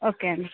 okay అండి